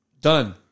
done